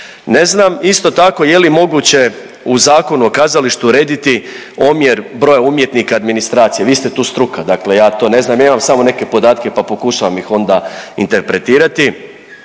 Ne znam isto tako je li moguće u Zakonu o kazalištu urediti omjer broja umjetnika od administracije, vi ste tu struka, dakle ja to ne znam, ja imam samo neke podatke, pa pokušavam ih onda interpretirati